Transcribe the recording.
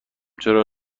چرا